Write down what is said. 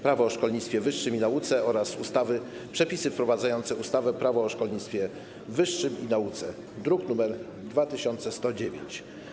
Prawo o szkolnictwie wyższym i nauce oraz ustawy - Przepisy wprowadzające ustawę - Prawo o szkolnictwie wyższym i nauce, druk nr 2109.